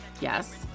Yes